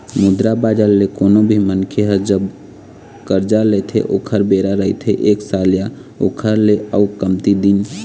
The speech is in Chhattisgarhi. मुद्रा बजार ले कोनो भी मनखे ह जब करजा लेथे ओखर बेरा रहिथे एक साल या ओखर ले अउ कमती दिन